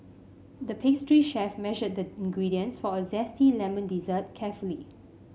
the pastry chef measured the ingredients for a zesty lemon dessert carefully